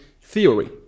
theory